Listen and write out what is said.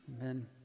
Amen